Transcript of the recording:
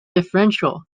differential